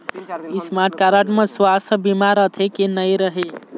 Smart card म सुवास्थ बीमा रथे की नई रहे?